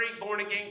born-again